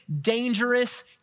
dangerous